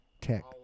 tech